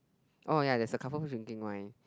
oh ya there's a couple who drinking wine